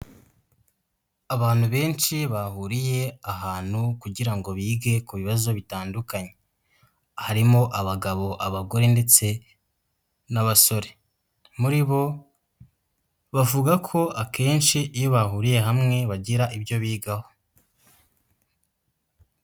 Abantu benshi bahuriye ahantu kugira ngo bige ku bibazo bitandukanye. Harimo abagabo abagore ndetse n'abasore. Muri bo bavuga ko akenshi iyo bahuriye hamwe bagira ibyo bigaho.